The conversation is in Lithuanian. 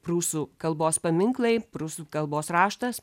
prūsų kalbos paminklai prūsų kalbos raštas